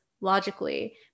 logically